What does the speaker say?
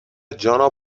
جانا